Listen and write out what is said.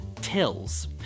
tills